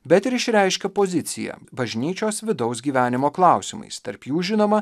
bet ir išreiškė poziciją bažnyčios vidaus gyvenimo klausimais tarp jų žinoma